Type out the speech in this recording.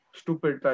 stupid